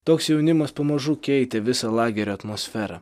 toks jaunimas pamažu keitė visą lagerio atmosferą